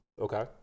Okay